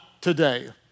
today